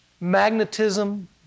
magnetism